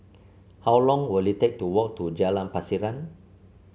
how long will it take to walk to Jalan Pasiran